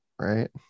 right